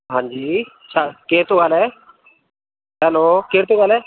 हांजी छा केरु थो ॻाल्हाए हैलो केरु थो ॻाल्हाए